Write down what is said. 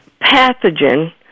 pathogen